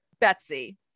betsy